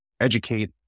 educate